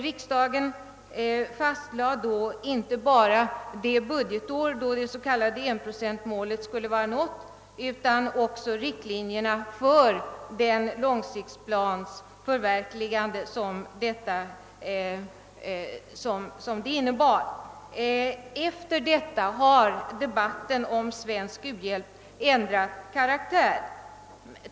Riksdagen fastlade 1968 inte bara det budgetår då det s.k. 1-procentsmålet skulle vara nått utan också riktlinjerna för förverkligande av den långtidsplan som det innebar. Sedan dess har debatten om svensk u-hjälp ändrat karaktär.